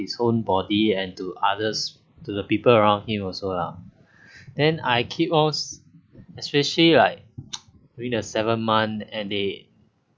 its own body and to others to the people around him also lah then I keep on especially like during their seven month and they